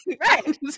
Right